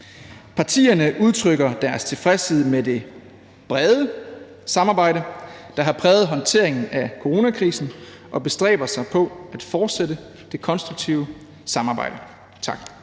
Partierne udtrykker tilfredshed med det brede samarbejde, der har præget håndteringen af coronakrisen, og bestræber sig på at fortsætte det konstruktive samarbejde.«